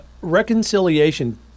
reconciliation